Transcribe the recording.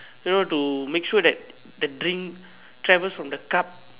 you know to make sure that the drink travels from the cup